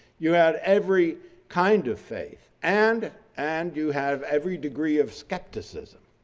you had every kind of faith, and and you have every degree of skepticism.